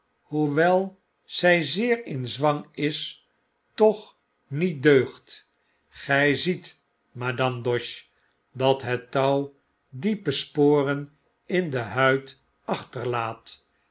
hoewel zy zeer in zwang is toch niet deugt gy ziet madame doche dat het touw diepe sporen in de huid achterlaat